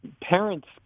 parents